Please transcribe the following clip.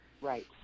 Right